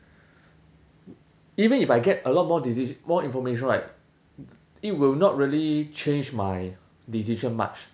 even if I get a lot more decis~ more information right it will not really change my decision much